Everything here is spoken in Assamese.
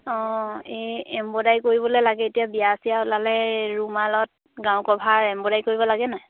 অঁ এই এমব্ৰইডাৰী কৰিবলৈ লাগে এতিয়া বিয়া চিয়া ওলালে ৰুমালত গাৰুকভাৰ এমব্ৰইডাৰী কৰিব লাগেনে নাই